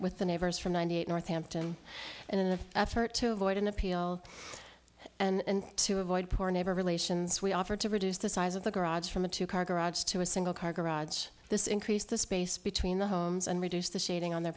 with the neighbors from ninety eight north hampton and in the effort to avoid an appeal and to avoid poor neighbor relations we offered to reduce the size of the garage from a two car garage to a single car garage this increased the space between the homes and reduce the sheeting on their